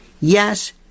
Yes